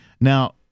Now